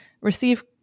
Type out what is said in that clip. receive